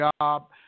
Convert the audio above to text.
job